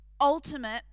ultimate